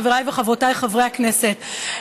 חבריי וחברותיי חברי הכנסת,